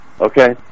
Okay